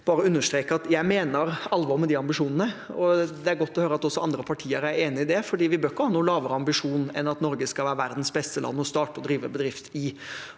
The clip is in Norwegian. jeg mener alvor med de ambisjonene, og det er godt å høre at også andre partier er enig i det, for vi bør ikke ha noen lavere ambisjon enn at Norge skal være verdens beste land å starte og drive bedrift i.